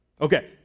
Okay